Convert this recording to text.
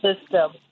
system